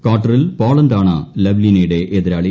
ക്വാർട്ടറിൽ പോളണ്ടാണ് ലവ്ലിനയുടെ എതിരാളി